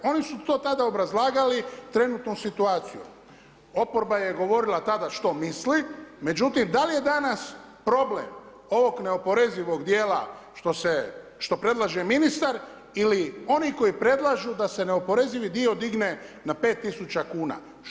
Oni su to tada obrazlagali trenutnom situacijom oporba je govorila tada što misli, međutim da li je danas problem ovog neoporezivog dijela što predlaže ministar ili oni koji predlažu da se neoporezivi dio digne na 5 tisuća kuna.